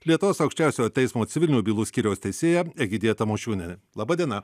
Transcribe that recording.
lietuvos aukščiausiojo teismo civilinių bylų skyriaus teisėja egidija tamošiūnienė laba diena